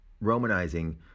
romanizing